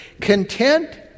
Content